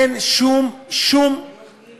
אין שום קשר